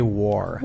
war